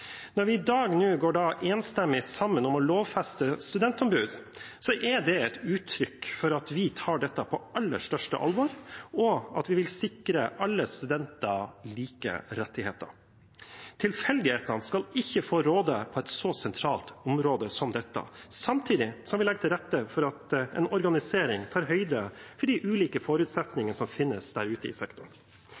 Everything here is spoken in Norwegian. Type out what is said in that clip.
Når vi i dag går enstemmig sammen om å lovfeste et studentombud, er det et uttrykk, for at vi tar dette på aller største alvor, og at vi vil sikre alle studenter like rettigheter. Tilfeldighetene skal ikke få råde på et så sentralt område som dette. Samtidig skal vi legge til rette for at en organisering tar høyde for de ulike forutsetningene som finnes der ute i sektoren.